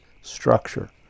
structure